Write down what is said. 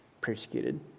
persecuted